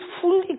fully